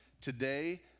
Today